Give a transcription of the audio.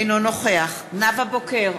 אינו נוכח נאוה בוקר,